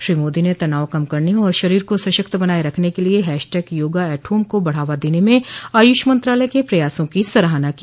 श्री मोदी ने तनाव कम और और शरीर को सशक्त बनाये रखने के लिए हैशटैग योगा एट होम को बढ़ावा देने में आयुष मंत्रालय के प्रयासों की सराहना की